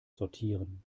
sortieren